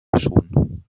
schon